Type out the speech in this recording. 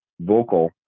vocal